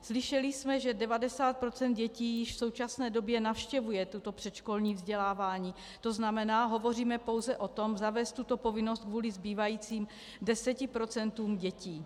Slyšeli jsme, že 90 procent dětí již v současné době navštěvuje toto předškolní vzdělávání, to znamená, hovoříme pouze o tom zavést tuto povinnost kvůli zbývajícím 10 procentům dětí.